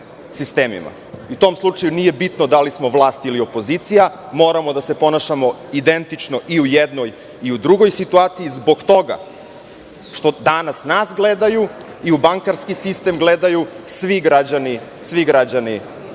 U tom slučaju nije bitno da li smo vlast ili opozicija. Moramo da se ponašamo identično i u jednoj i u drugoj situaciji i zbog toga što danas nas gledaju i u bankarski sistem gledaju svi građani ove zemlje.